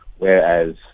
Whereas